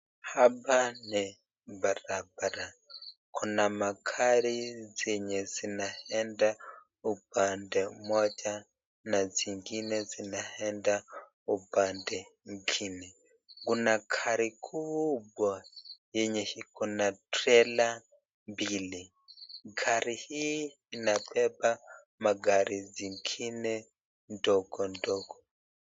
Hapa ni barabara kuna magari zenye zinaenda upande moja na zingine zinaenda upande ingine , Kuna gari kibwa yenye ikona trela mbili gari imapepa magari zingine ndogo ndogo.